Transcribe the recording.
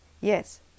yes